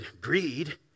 Greed